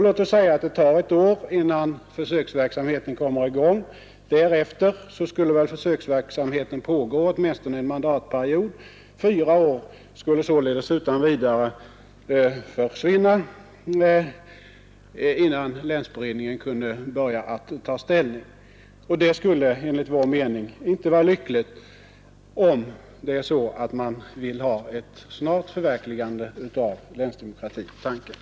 Låt oss säga att det tar ett år innan försöksverksamheten kommer i gång. Därefter skulle väl försöksverksamheten pågå åtminstone en mandatperiod. Fyra år skulle således utan vidare försvinna, innan länsberedningen kunde börja ta ställning. Det skulle enligt min mening inte vara lyckligt, när vi nu vill ha ett snart förverkligande av länsdemokratitanken.